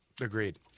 Agreed